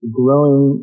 growing